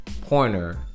Pointer